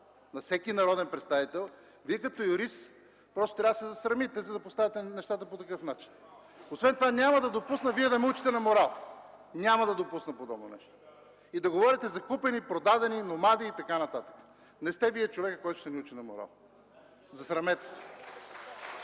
на всеки народен представител, Вие като юрист би трябвало да се засрамите, щом поставяте нещата по такъв начин. Освен това няма да допусна Вие да ме учите на морал, няма да допусна подобно нещо! И да говорите за „купени”, „продадени”, „номади” и така нататък. Не сте Вие човекът, който ще ме учи на морал. Засрамете се!